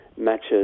matches